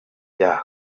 bya